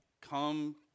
come